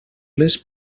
les